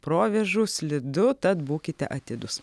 provėžų slidu tad būkite atidūs